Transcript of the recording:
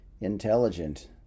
intelligent